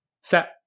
set